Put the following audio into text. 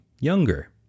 younger